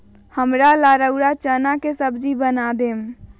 हमरा ला रउरा चना के सब्जि बना देम